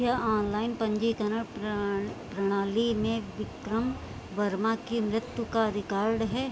क्या ऑनलाइन पंजीकरण प्रणा प्रणाली में विक्रम वर्मा की मृत्यु का रिकॉर्ड है